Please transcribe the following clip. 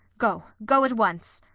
go, go at once.